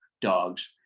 dogs